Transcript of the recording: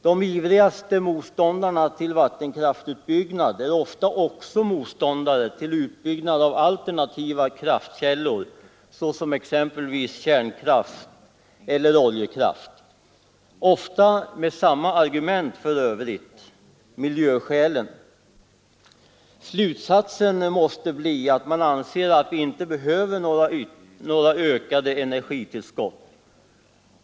De ivrigaste motståndarna till vattenkraftsutbyggnad är ofta också motståndare till utbyggnad av alternativa kraftkällor, exempelvis kärnkraft eller oljekraft — ofta med samma argument för övrigt: miljöskäl. Slutsatsen måste bli att man anser att vi inte behöver något ökat energitillskott.